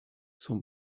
son